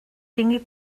tingui